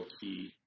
key